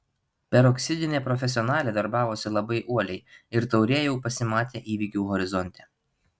peroksidinė profesionalė darbavosi labai uoliai ir taurė jau pasimatė įvykių horizonte